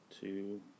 two